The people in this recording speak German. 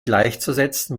gleichzusetzen